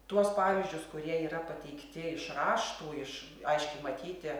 tuos pavyzdžius kurie yra pateikti iš raštų iš aiškiai matyti